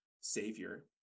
savior